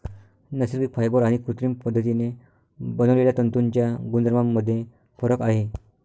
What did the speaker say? नैसर्गिक फायबर आणि कृत्रिम पद्धतीने बनवलेल्या तंतूंच्या गुणधर्मांमध्ये फरक आहे